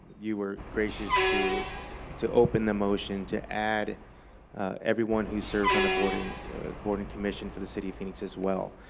you were gracious to to open the motion to add everyone who serves on the board and board and commission for the city of phoenix as well.